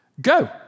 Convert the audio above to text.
Go